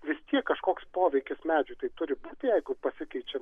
vis tiek kažkoks poveikis medžiui tai turi būti jeigu pasikeičia